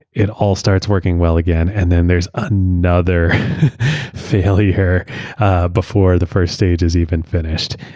it all starts working well again and then there's another failure before the first stage is even finished.